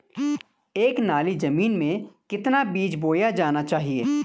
एक नाली जमीन में कितना बीज बोया जाना चाहिए?